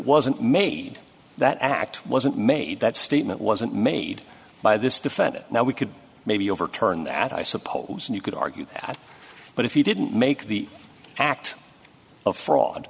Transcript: wasn't made that act wasn't made that statement wasn't made by this defendant now we could maybe overturn that i suppose and you could argue that but if you didn't make the act of fraud